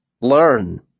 learn